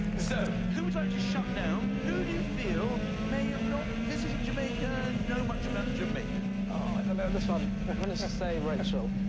so, who would like to shut down? who do you feel may have not visited jamaica, know much about jamaica? oh, i don't know this one. i'm going to say rachel.